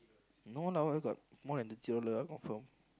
no lah where got more than